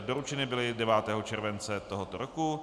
Doručeny byly 9. července tohoto roku.